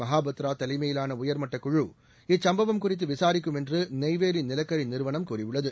மஹாபாத்ரா தலைமையிலான உயர்மட்டக்குழு இச்சும்பவம் குறித்து விசாரிக்கும் என்று நெய்வேலி நிலக்கரி நிறுவனம் கூறியுள்ளது